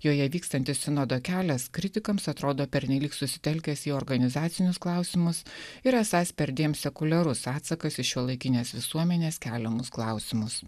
joje vykstantis sinodo kelias kritikams atrodo pernelyg susitelkęs į organizacinius klausimus ir esąs perdėm sekuliarus atsakas į šiuolaikinės visuomenės keliamus klausimus